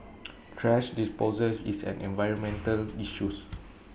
thrash disposal is an environmental issues